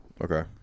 Okay